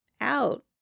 out